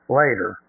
later